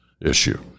issue